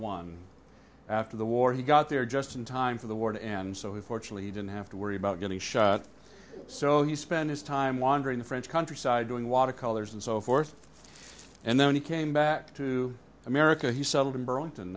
one after the war he got there just in time for the warden and so he fortunately didn't have to worry about getting shot so he spend his time wandering the french countryside doing watercolors and so forth and then he came back to america he settled in burlington